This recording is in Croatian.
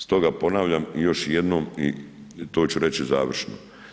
Stoga ponavljam i još jednom i to ću reći završno.